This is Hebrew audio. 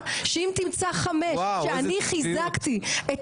אני מוכנה להישבע, שאם תמצא חמש שאני חיזקתי את